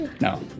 No